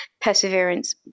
perseverance